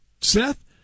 Seth